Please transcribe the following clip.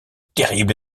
terrible